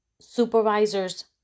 supervisor's